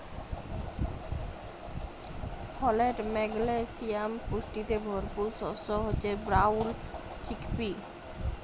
folate, magnesium পুষ্টিতে ভরপুর শস্য হচ্যে ব্রাউল চিকপি